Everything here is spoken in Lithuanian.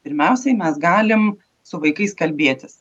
pirmiausiai mes galim su vaikais kalbėtis